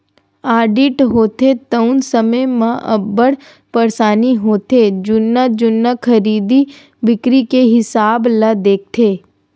audit होथे तउन समे म अब्बड़ परसानी होथे जुन्ना जुन्ना खरीदी बिक्री के हिसाब ल देखथे